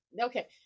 Okay